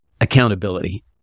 accountability